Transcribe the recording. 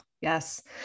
yes